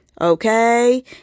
Okay